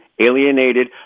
alienated